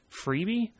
freebie